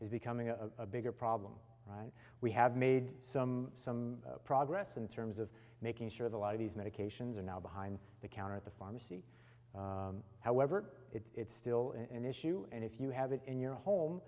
is becoming a bigger problem we have made some some progress in terms of making sure the lot of these medications are now behind the counter at the pharmacy however it's still an issue and if you have it in your home